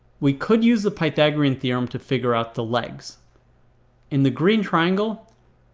we could use the pythagorean theorem to figure out the legs in the green triangle,